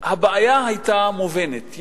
הבעיה היתה מובנת,